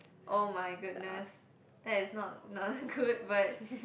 oh-my-goodness that is not not good but